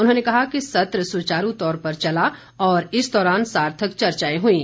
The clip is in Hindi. उन्होंने कहा कि सत्र सुचारू तौर पर चला और इस दौरान सार्थक चर्चाएं हुईं